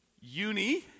Uni